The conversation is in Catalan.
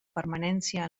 permanència